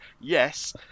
Yes